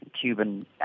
Cuban